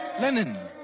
Lenin